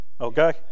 okay